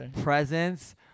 presence